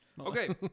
Okay